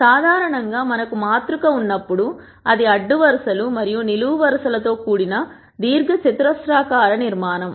సాధారణంగా మనకు మాతృక ఉన్నప్పుడు అది అడ్డు వరుస లు మరియు నిలువు వరుస ల తో కూడిన దీర్ఘచతురస్రాకార నిర్మాణం